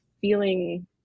feeling